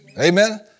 Amen